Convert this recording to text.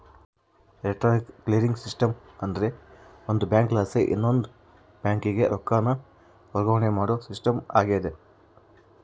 electronic clearing system ಅಂದ್ರ ಒಂದು ಬ್ಯಾಂಕಲಾಸಿ ಇನವಂದ್ ಬ್ಯಾಂಕಿಗೆ ರೊಕ್ಕಾನ ವರ್ಗಾವಣೆ ಮಾಡೋ ಸಿಸ್ಟಮ್ ಆಗೆತೆ